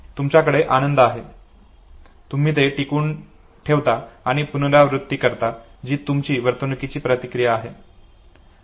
तुमच्याकडे आनंद आहे तुम्ही ते टिकवून ठेवता किंवा पुनरावृत्ती करता जी तुमची वर्तणुकीची प्रतिक्रिया आहे